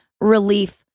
relief